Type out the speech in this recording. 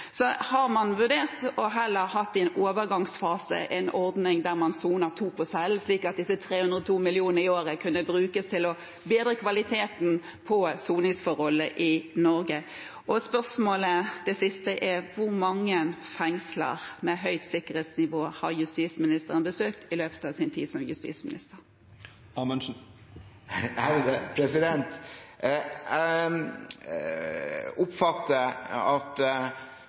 Har man vurdert i en overgangsfase heller å ha en ordning der man soner to på cellen, slik at disse 302 mill. kr i året kunne brukes til å bedre kvaliteten på soningsforholdene i Norge? Det siste spørsmålet er: Hvor mange fengsler med høyt sikkerhetsnivå har justisministeren besøkt i løpet av sin tid som justisminister? Jeg oppfatter at representanten er opptatt av hvor fengselskapasiteten er. Som jeg